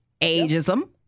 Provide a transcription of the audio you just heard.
ageism